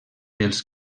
els